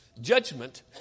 judgment